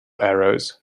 arrows